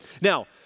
Now